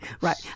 Right